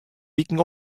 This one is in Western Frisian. wiken